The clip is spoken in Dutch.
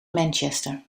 manchester